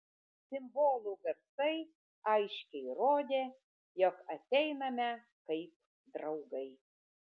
cimbolų garsai aiškiai rodė jog ateiname kaip draugai